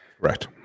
Right